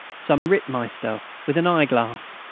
some rittmeister, with an eyeglass,